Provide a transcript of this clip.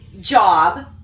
job